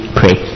pray